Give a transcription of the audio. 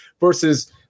versus